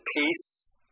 peace